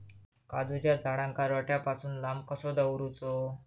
काजूच्या झाडांका रोट्या पासून लांब कसो दवरूचो?